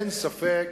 אין ספק,